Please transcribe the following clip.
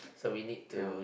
so we need to